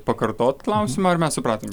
pakartot klausimą ar mes supratom